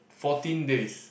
fourteen days